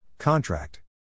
Contract